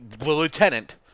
lieutenant